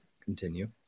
continue